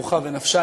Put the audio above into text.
רוחה ונפשה,